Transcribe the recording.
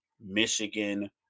Michigan